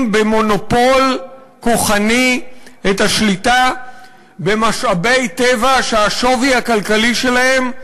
במונופול כוחני את השליטה במשאבי טבע שהשווי הכלכלי שלהם,